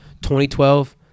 2012